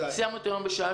סיימנו את היום אתמול בשעה